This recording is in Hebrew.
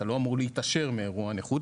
אתה לא אמור להתעשר מאירוע נכות,